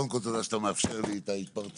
קודם כל תודה שאתה מאפשר לי את ההתפרצות